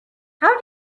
how